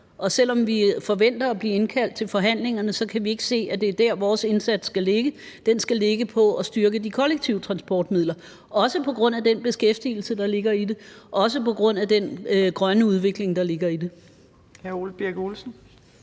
Og selv om vi forventer at blive indkaldt til forhandlingerne, kan vi ikke se, at det er dér, vores indsats skal ligge. Den skal ligge i forhold til at styrke de kollektive transportmidler – også på grund af den beskæftigelse, der ligger i det, og også på grund af den grønne udvikling, der ligger i det.